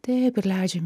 taip ir leidžiam